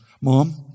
mom